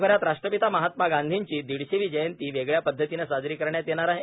देशभरात राष्ट्रपिता महात्मा गांधींची दिडशेवी जयंती वेगळ्या पद्धतीनं साजरी करण्यात येणार आहे